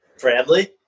Bradley